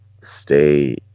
Stay